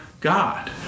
God